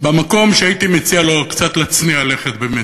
במקום שהייתי מציע לו קצת להצניע לכת באמת,